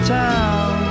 town